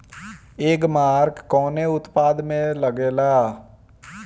एगमार्क कवने उत्पाद मैं लगेला?